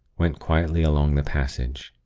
went quietly along the passage.